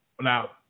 Now